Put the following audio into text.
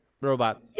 robot